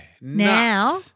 Now